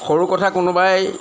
সৰু কথা কোনোবাই